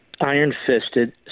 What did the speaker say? iron-fisted